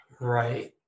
Right